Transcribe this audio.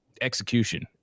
execution